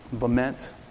lament